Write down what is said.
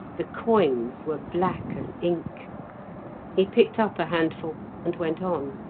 the coins were black as ink he picked up a handful and went on.